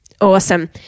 Awesome